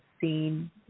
seen